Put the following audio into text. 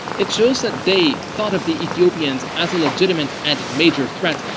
it shows that they thought of the ethiopians as a legitimate and major threat,